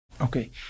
Okay